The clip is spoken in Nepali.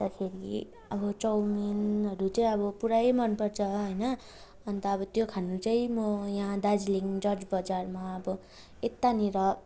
अन्तखेरि अब चाउमिनहरू चाहिँ अब पुरै मन पर्छ होइन अन्त अब त्यो खानु चाहिँ म यहाँ दार्जिलिङ जज् बजारमा अब यतानिर